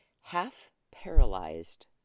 half-paralyzed